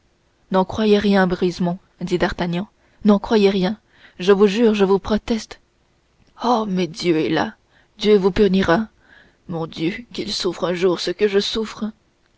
n'en croyez rien brisemont dit d'artagnan n'en croyez rien je vous jure je vous proteste oh mais dieu est là dieu vous punira mon dieu qu'il souffre un jour ce que je souffre